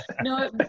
No